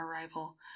arrival